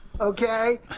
Okay